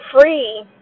free